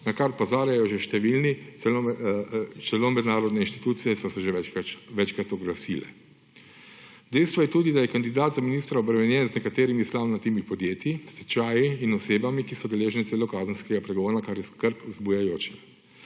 na kar opozarjajo že številni, celo mednarodne institucije so se že večkrat oglasile. Dejstvo je tudi, da je kandidat za ministra obremenjen z nekaterimi slamnatimi podjetji, stečaji in osebami, ki so deležne celo kazenskega pregona, kar je skrb vzbujajoče.